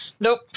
Nope